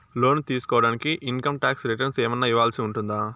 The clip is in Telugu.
లోను తీసుకోడానికి ఇన్ కమ్ టాక్స్ రిటర్న్స్ ఏమన్నా ఇవ్వాల్సి ఉంటుందా